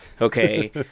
Okay